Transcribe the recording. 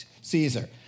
Caesar